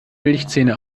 milchzähne